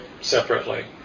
separately